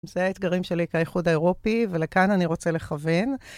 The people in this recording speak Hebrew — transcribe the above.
זה האתגרים שלי כהאיחוד האירופי, ולכאן אני רוצה לכוון.